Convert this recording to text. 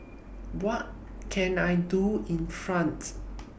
What Can I Do in France